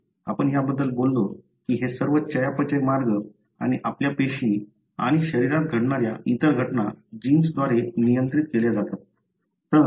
आपण याबद्दल बोलतो की हे सर्व चयापचय मार्ग आणि आपल्या पेशी आणि शरीरात घडणाऱ्या इतर घटना जीन्सद्वारे नियंत्रित केल्या जातात